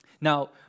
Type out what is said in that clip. Now